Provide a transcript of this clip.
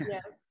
Yes